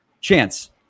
Chance